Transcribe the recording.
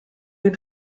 den